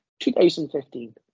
2015